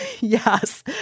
Yes